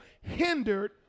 hindered